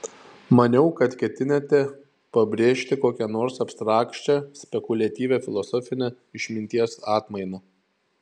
maniau kad ketinate pabrėžti kokią nors abstrakčią spekuliatyvią filosofinę išminties atmainą